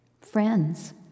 Friends